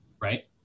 Right